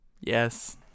Yes